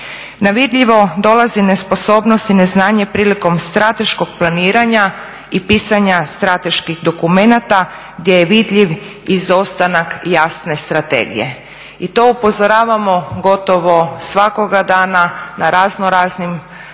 Na vidljivo dolazi nesposobnost i neznanje prilikom strateškog planiranja i pisanja strateških dokumenata gdje je vidljiv izostanak jasne strategije. I to upozoravamo gotovo svakoga dana u raznoraznim trenucima